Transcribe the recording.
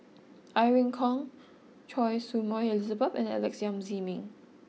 Irene Khong Choy Su Moi Elizabeth and Alex Yam Ziming